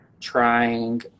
trying